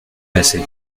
passé